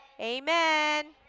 Amen